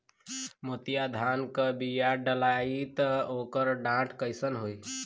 मोतिया धान क बिया डलाईत ओकर डाठ कइसन होइ?